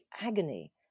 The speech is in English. agony